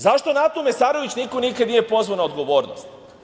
Zato Natu Mesarović niko nikad nije pozvao na odgovornost?